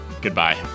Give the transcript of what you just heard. Goodbye